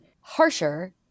harsher